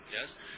yes